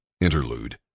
Interlude